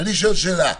אני שואל שאלה,